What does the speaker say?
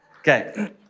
Okay